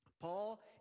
Paul